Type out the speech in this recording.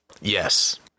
Yes